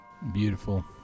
Beautiful